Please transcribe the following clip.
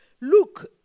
Look